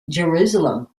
jerusalem